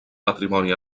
patrimoni